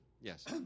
Yes